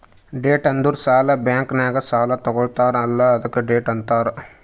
debt ಅಂದುರ್ ಸಾಲ, bank ನಾಗ್ ಸಾಲಾ ತಗೊತ್ತಾರ್ ಅಲ್ಲಾ ಅದ್ಕೆ ಡೆಟ್ ಅಂತಾರ್